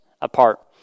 apart